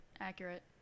Accurate